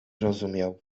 rozumiał